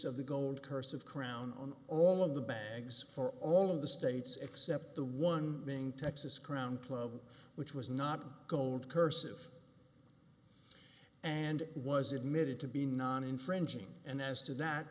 of the gold cursive crown on all of the bags for all of the states except the one being texas crown plaza which was not gold cursive and was admitted to be non infringing and as to that